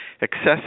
excessive